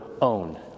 own